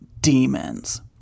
demons